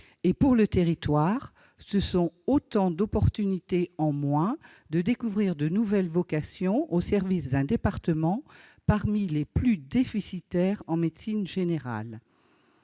Et, pour le territoire, ce sont autant d'opportunités en moins de découvrir de nouvelles vocations au service d'un département parmi les plus déficitaires en médecine générale.